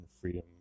freedom